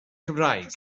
cymraeg